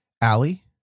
Allie